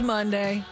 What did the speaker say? Monday